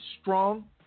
strong